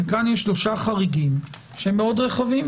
וכאן יש שלושה חריגים שהם רחבים מאוד,